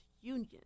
union